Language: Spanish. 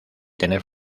tener